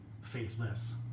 faithless